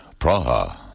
Praha